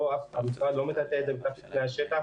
המשרד לא מטאטא את זה תחת לפני השטח,